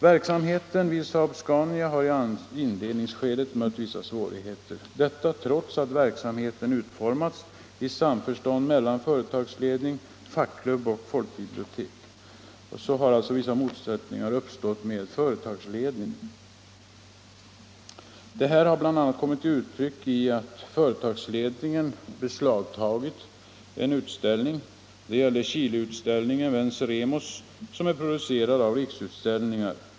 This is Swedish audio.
Verksamheten vid SAAB-SCANIA har i inledningsskedet mött vissa svårigheter. Trots att verksamheten utformats i samförstånd mellan företagsledning, fackklubb och folkbibliotek har vissa motsättningar uppstått med företagsledningen. Detta har bl.a. kommit till uttryck i att företagsledningen beslagtagit en utställning; det gällde Chileutställningen Venceremos, som är producerad av Riksutställningar.